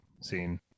scene